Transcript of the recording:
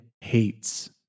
hates